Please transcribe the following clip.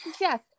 yes